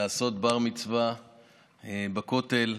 לעשות בר-מצווה בכותל.